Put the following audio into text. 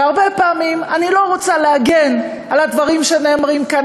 והרבה פעמים אני לא רוצה להגן על הדברים שנאמרים כאן.